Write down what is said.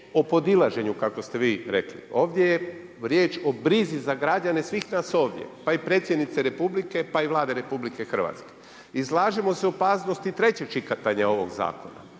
o podilaženju kako ste vi rekli, ovdje je riječ o brzi za građane svih nas ovdje, pa i predsjednice Republike, pa i Vlade RH. Izlažemo se opasnosti i trećeg čitanja ovoga zakona